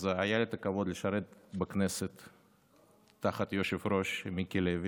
אז היה לי הכבוד לשרת בכנסת תחת היושב-ראש מיקי לוי,